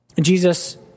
Jesus